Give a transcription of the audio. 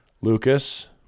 Lucas